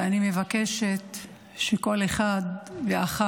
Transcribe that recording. ואני מבקשת שכל אחד ואחת